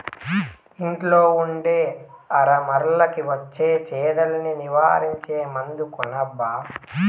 ఇంట్లో ఉండే అరమరలకి వచ్చే చెదల్ని నివారించే మందు కొనబ్బా